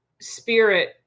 spirit